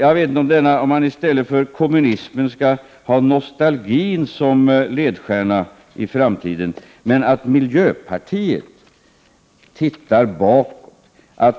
Jag vet inte om man i stället för kommunismen skall ha nostalgin som ledstjärna i framtiden. Miljöpartiet tittar bakåt.